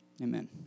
Amen